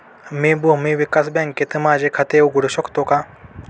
मी भूमी विकास बँकेत माझे खाते उघडू शकतो का?